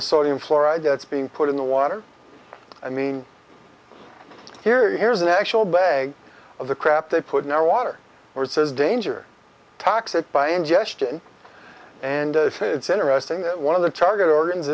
the sodium fluoride that's being put in the water i mean here is an actual bag of the crap they put in our water where it says danger toxic by ingestion and it's interesting that one of the target organs